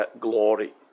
glory